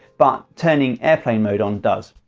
but turning airplane mode on does.